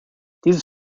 dieses